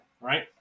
right